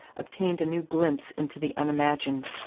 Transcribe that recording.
obtained a new glimpse into the unimagined.